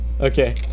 Okay